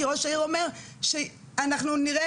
כי ראש העיר אומר "אנחנו נראה,